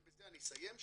ובזה אני אסיים,